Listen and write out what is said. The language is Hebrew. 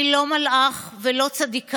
אני לא מלאך ולא צדיקה,